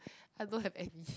I don't have any